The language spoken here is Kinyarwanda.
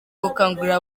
gukangurira